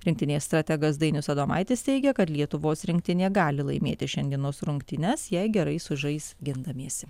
rinktinės strategas dainius adomaitis teigia kad lietuvos rinktinė gali laimėti šiandienos rungtynes jei gerai sužais gindamiesi